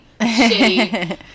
shitty